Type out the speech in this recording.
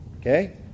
okay